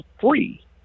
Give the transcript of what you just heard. free